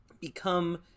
become